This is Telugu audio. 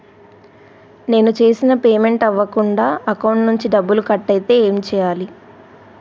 నేను చేసిన పేమెంట్ అవ్వకుండా అకౌంట్ నుంచి డబ్బులు కట్ అయితే ఏం చేయాలి?